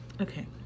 okay